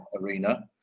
arena